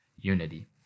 unity